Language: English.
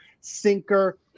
sinker